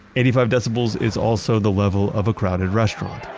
eighty five decibels is also the level of a crowded restaurant.